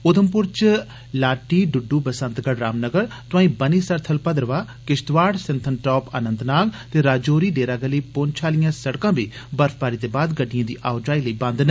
उधमपुर च लाटी डूडू बसंतगढ़ रामनगर ते तोआई बनी सरथल भद्रवाह किश्तवाड़ सिंथनटाप अन्नतनाग ते राजौरी डेरागली प्रंछ आलियां सड़कां बी बर्फबारी दे बाद गड्डियें दी आओ जाई लेई बंद न